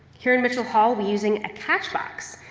here in mitchell hall we'll be using a catchbox.